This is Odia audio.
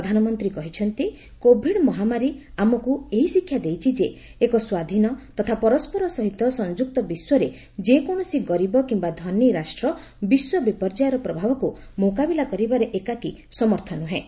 ପ୍ରଧାନମନ୍ତ୍ରୀ କହିଛନ୍ତି କୋଭିଡ ମହାମାରୀ ଆମକୁ ଏହି ଶିକ୍ଷା ଦେଇଛି ଯେ ଏକ ସ୍ୱାଧୀନ ତଥା ପରସ୍କର ସହିତ ସଂଯୁକ୍ତ ବିଶ୍ୱରେ ଯେକୌଣସି ଗରିବ କିମ୍ବା ଧନି ରାଷ୍ଟ୍ର ବିଶ୍ୱ ବିପର୍ଯ୍ୟୟର ପ୍ରଭାବକୁ ମୁକାବିଲା କରିବାରେ ଏକାକି ସମର୍ଥ ନୁହେଁ